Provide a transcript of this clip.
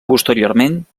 posteriorment